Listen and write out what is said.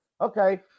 okay